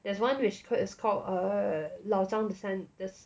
there's one which is is called err 老张的三的